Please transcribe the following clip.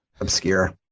obscure